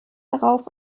darauf